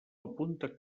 apunta